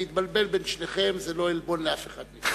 להתבלבל בין שניכם זה לא עלבון לאף אחד מכם.